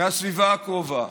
מהסביבה הקרובה.